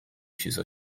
چیزا